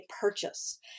purchase